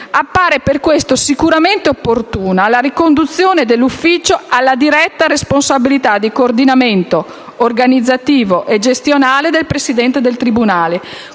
Appare per questo sicuramente opportuna la riconduzione dell'ufficio alla diretta responsabilità di coordinamento organizzativo e gestionale del presidente del tribunale,